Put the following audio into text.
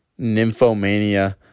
Nymphomania